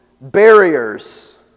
barriers